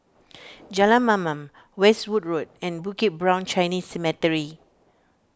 Jalan Mamam Westwood Road and Bukit Brown Chinese Cemetery